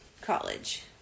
college